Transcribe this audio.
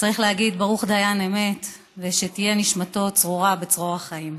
וצריך להגיד ברוך דיין האמת ושתהיה נשמתו צרורה בצרור החיים.